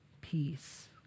peace